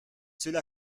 cela